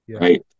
right